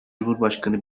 cumhurbaşkanı